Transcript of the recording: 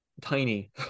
tiny